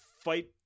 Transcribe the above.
fight